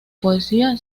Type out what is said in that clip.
poesía